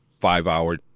five-hour